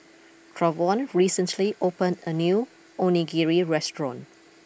Travon recently opened a new Onigiri restaurant